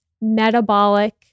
metabolic